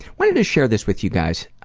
want to share this with you guys.